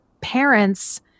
parents